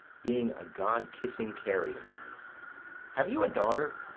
being a god-kissing carrion have you a daughter?